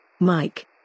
Mike